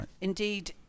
Indeed